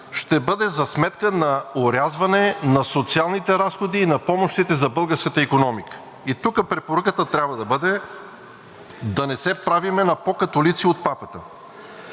ще бъде за сметка на орязване на социалните разходи и на помощите за българската икономика. Тук препоръката трябва да бъде – да не се правим на по̀ католици от папата.